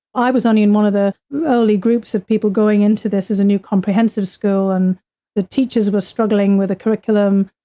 i was only in one of the early groups of people going into this as a new comprehensive school and the teachers were struggling with a curriculum,